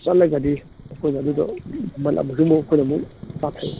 ꯆꯠꯂꯒꯗꯤ ꯑꯩꯈꯣꯏꯅ ꯑꯗꯨꯗ ꯃꯃꯟ ꯑꯃꯨꯛꯁꯨꯃꯨꯛ ꯑꯩꯈꯣꯏꯅ ꯑꯃꯨꯛ ꯇꯥꯊꯩ